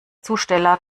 zusteller